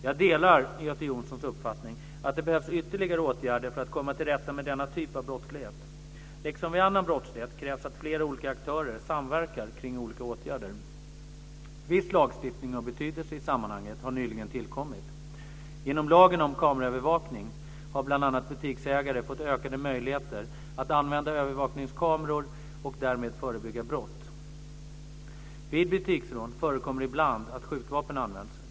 Jag delar Göte Jonssons uppfattning att det behövs ytterligare åtgärder för att komma till rätta med denna typ av brottslighet. Liksom vid annan brottslighet krävs att flera olika aktörer samverkar kring olika åtgärder. Viss lagstiftning av betydelse i sammanhanget har nyligen tillkommit. Genom lagen om kameraövervakning har bl.a. butiksägare fått ökade möjligheter att använda övervakningskameror och därmed förebygga brott. Vid butiksrån förekommer det ibland att skjutvapen används.